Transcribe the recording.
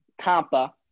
Tampa